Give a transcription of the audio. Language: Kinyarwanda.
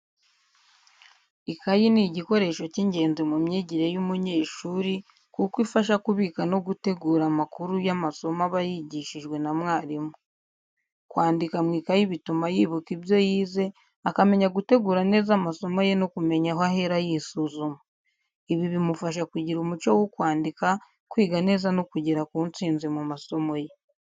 Ikayi ni igikoresho cy’ingenzi mu myigire y’umunyeshuri, kuko ifasha kubika no gutegura amakuru y’amasomo aba yigishijwe na mwarimu. Kwandika mu ikayi bituma yibuka ibyo yize, akamenya gutegura neza amasomo ye no kumenya aho ahera yisuzuma. Ibi bimufasha kugira umuco wo kwandika, kwiga neza no kugera ku ntsinzi mu masomo ye.